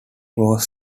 was